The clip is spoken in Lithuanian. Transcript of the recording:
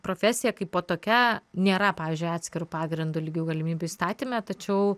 profesija kaipo tokia nėra pavyzdžiui atskiru pagrindu lygių galimybių įstatyme tačiau